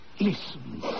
Listen